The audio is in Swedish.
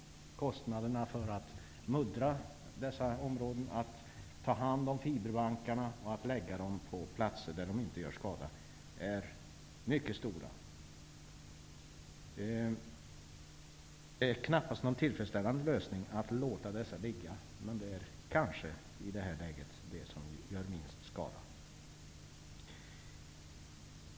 Kostnaderna för att muddra dessa områden, ta hand om fiberbankarna och flytta dem till platser där de inte gör skada är mycket stora. Det är knappast någon tillfredsställande lösning att låta dessa fiberbankar ligga, men det är kanske det som i det här läget gör minst skada.